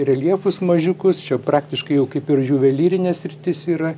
reljefus mažiukus čia praktiškai jau kaip ir juvelyrinė sritis yra